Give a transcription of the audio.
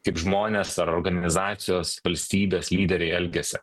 kaip žmonės ar organizacijos valstybės lyderiai elgiasi